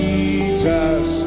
Jesus